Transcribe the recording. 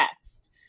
text